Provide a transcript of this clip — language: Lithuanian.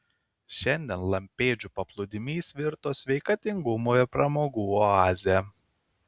šiandien lampėdžių paplūdimys virto sveikatingumo ir pramogų oaze